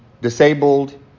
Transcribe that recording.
disabled